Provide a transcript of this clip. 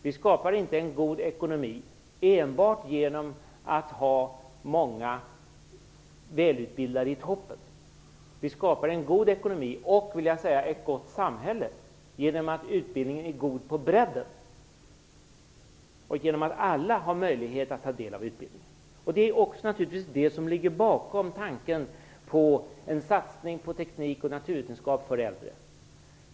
Vi skapar inte en god ekonomi enbart genom att ha många välutbildade i toppen. Vi skapar en god ekonomi och, vill jag säga, ett gott samhälle genom att utbildningen är god på bredden och genom att alla får möjlighet att ta del av utbildningen. Det är naturligtvis det som ligger bakom tanken på en satsning på teknik och naturvetenskap för äldre.